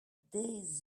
des